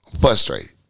Frustrated